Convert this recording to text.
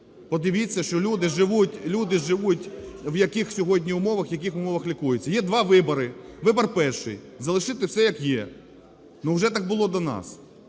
живуть... люди живуть в яких сьогодні умовах, в яких умовах лікуються. Є два вибори. Вибір перший – залишити все як є, ну, вже так було до нас.